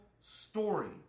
story